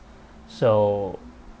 so